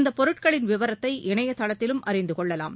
இந்தப் பொருட்களின் விவரத்தை இணையதளத்திலும் அறிந்து கொள்ளலாம்